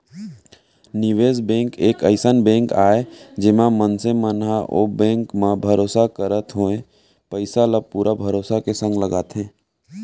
निवेस बेंक एक अइसन बेंक आय जेमा मनसे मन ह ओ बेंक म भरोसा करत होय पइसा ल पुरा भरोसा के संग लगाथे